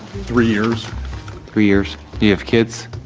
three years three years. do you have kids?